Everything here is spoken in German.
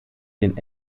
den